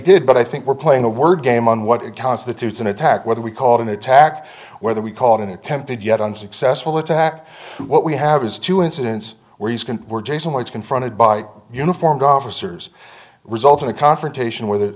did but i think we're playing a word game on what it constitutes an attack whether we call it an attack whether we call it an attempted yet unsuccessful attack what we have is two incidents where he's been were jason was confronted by uniformed officers result in a confrontation w